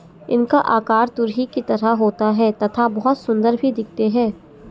इनका आकार तुरही की तरह होता है तथा बहुत सुंदर भी दिखते है